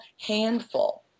handful